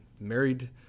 married